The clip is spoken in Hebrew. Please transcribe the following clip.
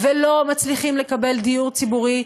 ולא מצליחים לקבל דיור ציבורי,